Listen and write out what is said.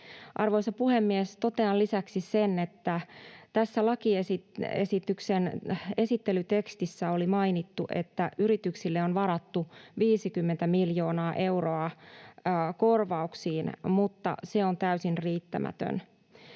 Arvoisa puhemies! Totean lisäksi sen, että tässä lakiesityksen esittelytekstissä oli mainittu, että yrityksille on varattu 50 miljoonaa euroa korvauksiin, mutta se on täysin riittämätön.